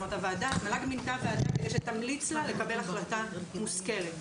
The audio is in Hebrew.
המל"ג מינתה ועדה כדי שתמליץ לה לקבל החלטה מושכלת.